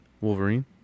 Wolverine